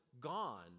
gone